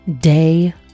day